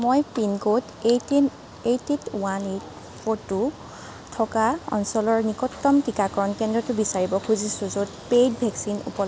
মই pin code eighteen eight eight one eight four two থকা অঞ্চলৰ নিকটতম টিকাকৰণ কেন্দ্ৰটো বিচাৰিব খুজিছোঁ য'ত পেইড ভেকচিন উপলব্ধ